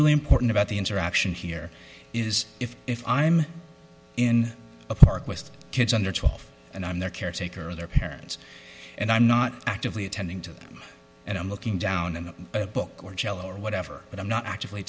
really important about the interaction here is if if i'm in a park with kids under twelve and i'm there caretaker their parents and i'm not actively attending to them and i'm looking down in a book or jell o or whatever but i'm not actively